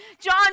John